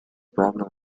problem